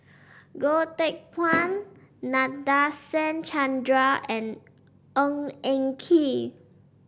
Goh Teck Phuan Nadasen Chandra and Ng Eng Kee